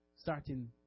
starting